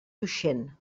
tuixén